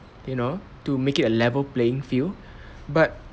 you know to make it a level playing field but